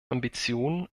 ambitionen